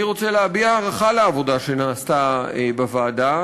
אני רוצה להביע הערכה על העבודה שנעשתה בוועדה.